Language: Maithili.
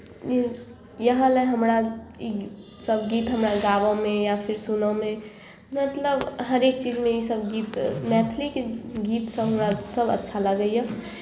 ई इएह लेल हमरा ईसभ गीत हमरा गाबयमे या फेर सुनयमे मतलब हरेक चीजमे इसभ गीत मैथिलीके गीतसभ हमरा सभ अच्छा लगैए